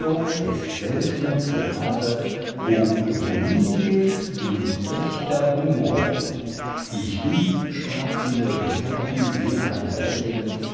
des seltnen theaters wo ironie gilt und echter humor ich bin sprach signor bescapi sehr heiter lächelnd